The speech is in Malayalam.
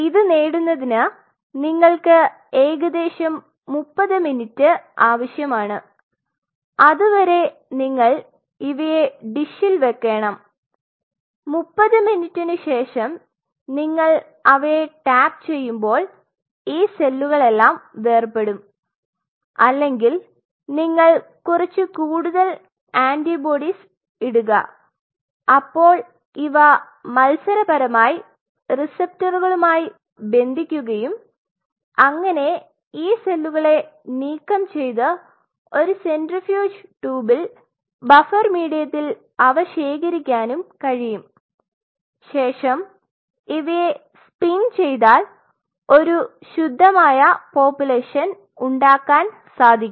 ഇത് നേടുന്നതിന് നിങ്ങൾക്ക് ഏകദേശം 30 മിനിറ്റ് ആവശ്യമാണ് അതുവരെ നിങ്ങൾ ഇവയെ ഡിഷിൽ വെക്കേണം 30 മിനിറ്റിനുശേഷം നിങ്ങൾ അവയെ ടാപ്പുചെയ്യുമ്പൊൾ ഈ സെല്ലുകൾ എല്ലാം വേർപെടും അല്ലെങ്കിൽ നിങ്ങൾ കുറച്ച് കൂടുതൽ ആന്റിബോഡീസ് ഇടുക അപ്പോൾ ഇവ മത്സരപരമായി റിസപ്റ്ററുകളുമായി ബന്ധിപ്പിക്കുകയും അങ്ങനെ ഈ സെല്ലുകളെ നീക്കം ചെയ്യ്തു ഒരു സെൻട്രിഫ്യൂജ് ട്യൂബിൽ ബഫർ മീഡിയത്തിൽ അവ ശേഖരിക്കാനും കഴിയും ശേഷം ഇവയെ സ്പിൻ ചെയ്താൽ ഒരു ശുദ്ധമായ പോപുലേഷൻ ഉണ്ടാകാൻ സാധിക്കും